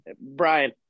Brian